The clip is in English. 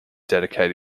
dedicate